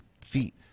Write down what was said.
feet